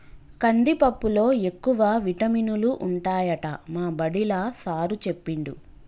కందిపప్పులో ఎక్కువ విటమినులు ఉంటాయట మా బడిలా సారూ చెప్పిండు